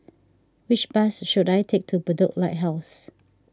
which bus should I take to Bedok Lighthouse